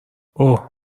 اوه